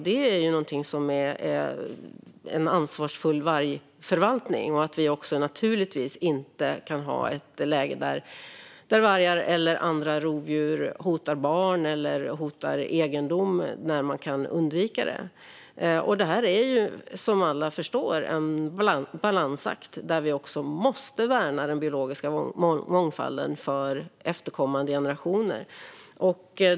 Det är en ansvarsfull vargförvaltning att vargar eller andra rovdjur inte kan hota barn eller egendom när det går att undvika. Som alla förstår är detta en balansakt eftersom vi också måste värna den biologiska mångfalden för efterkommande generationer.